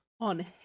on